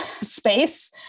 space